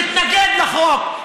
תתנגד לחוק,